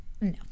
No